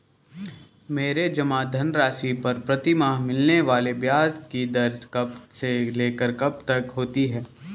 मेरे जमा धन राशि पर प्रतिमाह मिलने वाले ब्याज की दर कब से लेकर कब तक होती है?